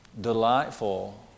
delightful